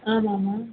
ஆமாம்மா